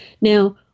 Now